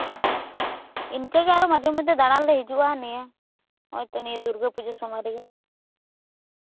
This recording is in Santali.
ᱤᱱᱠᱟᱹᱜᱮ ᱢᱟᱡᱷᱮ ᱢᱚᱫᱽᱫᱷᱮ ᱫᱟᱬᱟᱱᱞᱮ ᱦᱤᱡᱩᱜᱼᱟ ᱱᱚᱜᱼᱚᱭ ᱛᱚ ᱱᱤᱭᱟᱹ ᱫᱩᱨᱜᱟᱹ ᱯᱩᱡᱟᱹ ᱥᱚᱢᱚᱭ ᱨᱮᱜᱮ